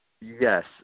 Yes